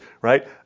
right